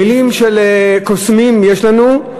מילים של קוסמים יש לנו.